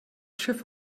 schiff